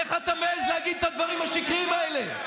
איך אתה מעז להגיד את הדברים השקריים האלה?